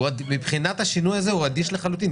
מבחינת השינוי הזה הוא אדיש לחלוטין,